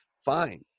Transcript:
fine